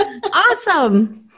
Awesome